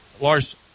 lars